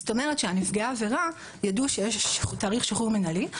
זאת אומרת שנפגעי העבירה ידעו שיש תאריך שחרור מינהלי,